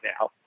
now